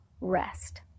rest